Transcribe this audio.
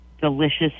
delicious